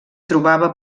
trobava